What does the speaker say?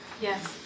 Yes